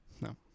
No